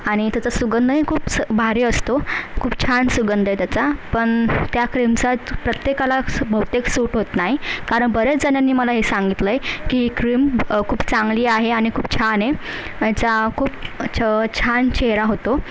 आणि त्याच सुगंधही खूपच भारी असतो खूप छान सुगंध आहे त्याचा पण त्या क्रीमचा प्रत्येकाला बहुतेक सूट होत नाही कारण बरेच जणांनी मला हे सांगितलं आहे की हे क्रीम खूप चांगली आहे आणि खूप छान आहे याचा खूप छ छान चेहरा होतो